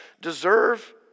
deserve